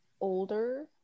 older